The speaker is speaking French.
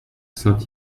saint